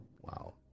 Wow